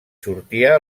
sortia